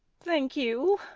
thank you.